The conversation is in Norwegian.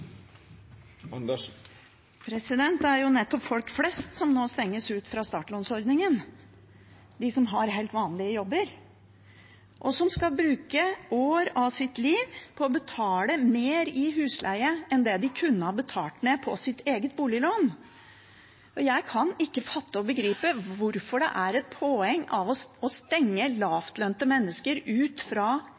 Det er nettopp folk flest som nå stenges ute fra startlånsordningen, de som har helt vanlige jobber, og som skal bruke år av sitt liv på å betale mer i husleie enn det de kunne ha betalt ned på sitt eget boliglån. Jeg kan ikke fatte og begripe hvorfor det er et poeng å stenge lavtlønte mennesker ute fra